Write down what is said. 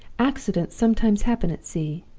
accidents sometimes happen at sea.